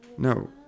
No